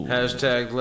Hashtag